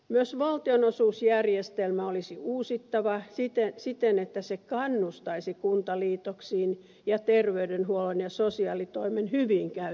myös valtionosuusjärjestelmä olisi uusittava siten että se kannustaisi kuntaliitoksiin ja tervey denhuollon ja sosiaalitoimen hyviin käytäntöihin